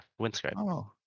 Windscribe